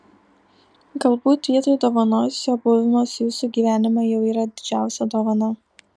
galbūt vietoj dovanos jo buvimas jūsų gyvenime jau yra didžiausia dovana